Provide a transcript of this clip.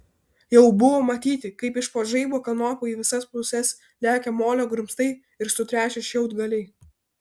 jau buvo matyti kaip iš po žaibo kanopų į visas puses lekia molio grumstai ir sutrešę šiaudgaliai